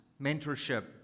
Mentorship